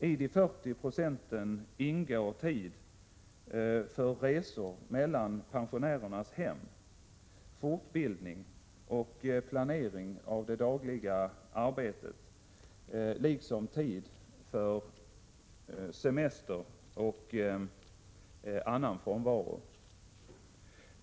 I de 40 procenten ingår tid för resor mellan pensionärernas hem, fortbildning och planering av det dagliga arbetet, liksom tid för semester och annan frånvaro.